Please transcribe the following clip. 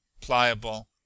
PLIABLE